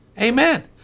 Amen